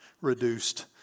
reduced